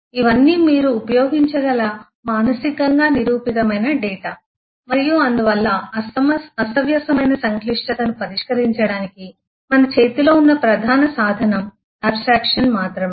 ఇవన్నీ మీరు ఉపయోగించగల మానసికంగా నిరూపితమైన డేటా మరియు అందువల్ల అస్తవ్యస్తమైన సంక్లిష్టతను పరిష్కరించడానికి మన చేతిలో ఉన్న ప్రధాన సాధనం ఆబ్స్ట్రక్షన్ మాత్రమే